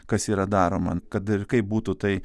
kas yra daroma kad ir kaip būtų tai